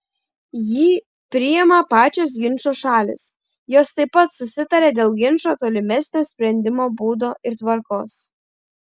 jį priima pačios ginčo šalys jos taip pat susitaria dėl ginčo tolimesnio sprendimo būdo ir tvarkos